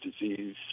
disease